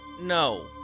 No